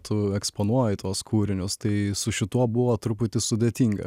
tu eksponuoji tuos kūrinius tai su šituo buvo truputį sudėtinga